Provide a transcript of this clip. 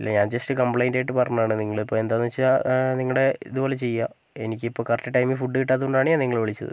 ഇല്ല ഞാൻ just complaint ആയിട്ട് പറഞ്ഞതാണ് നിങ്ങളിപ്പം എന്താന്ന് വെച്ചാൽ നിങ്ങളുടെ ഇതുപോലെ ചെയ്യുക എനിക്കിപ്പോൾ കറക്റ്റ് ടൈമിൽ ഫുഡ് കിട്ടാത്തതുകൊണ്ടാണ് ഞാൻ നിങ്ങളെ വിളിച്ചത്